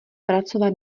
pracovat